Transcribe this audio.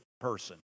person